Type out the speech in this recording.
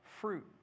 fruit